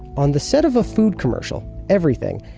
on the set of a food commercial, everything,